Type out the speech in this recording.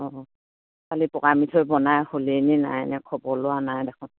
অঁ কালি পকা মিঠৈ বনাই হলেই নে নাই একো খবৰ লোৱা নাই দেখোন